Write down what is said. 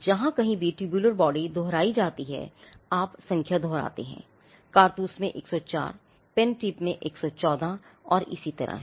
जहां कहीं भी ट्यूबलर बॉडी दोहराई जाती है आप संख्या दोहराते हैं कारतूस में 104 पेन टिप 114 और इसी तरह है